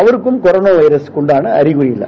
அவருக்கும் கொரோனா வைரஸ்க்கு உண்டான அறிகுறி இல்லை